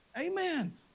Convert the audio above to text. Amen